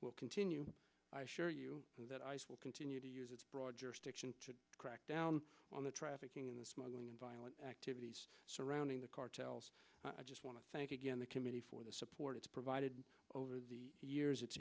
will continue that ice will continue to use its broad jurisdiction to crack down on the trafficking and smuggling and violent activities surrounding the cartels i just want to thank again the committee for the support it's provided over the years it